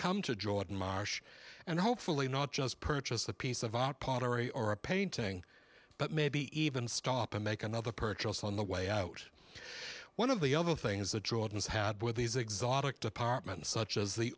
come to jordan marsh and hopefully not just purchase a piece of pottery or a painting but maybe even stop and make another purchase on the way out one of the other things the jordans had with these exotic departments such as the